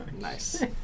Nice